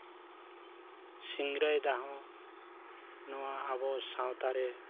ᱥᱤᱝᱨᱟᱹᱭᱫᱟ ᱦᱚᱸ ᱟᱵᱚ ᱱᱚᱣᱟ ᱟᱵᱚ ᱥᱟᱶᱛᱟ ᱨᱮ